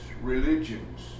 religions